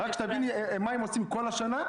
.רק שתביני מה הם עושים כל השנה,